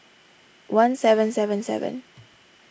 one seven seven seven